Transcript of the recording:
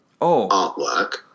artwork